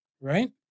Right